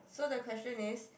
so the question is